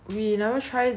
ya 我也是没有